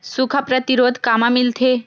सुखा प्रतिरोध कामा मिलथे?